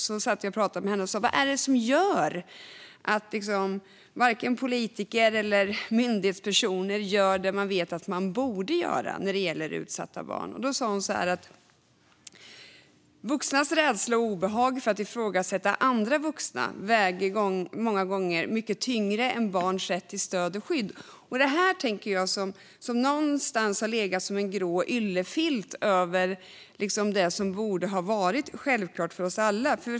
Jag satt och pratade med henne och frågade vad det är som gör att varken politiker eller myndighetspersoner gör det som de vet att de borde göra när det gäller utsatta barn. Då sa hon att vuxnas rädsla och obehag för att ifrågasätta andra vuxna många gånger väger mycket tyngre än barns rätt till stöd och skydd. Jag tänker mig att detta på något sätt har legat som en grå yllefilt över det som borde ha varit självklart för oss alla.